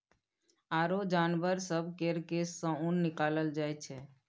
आरो जानबर सब केर केश सँ ऊन निकालल जाइ छै